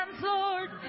Lord